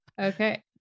Okay